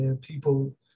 people